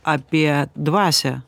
apie dvasią